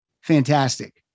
fantastic